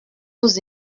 vous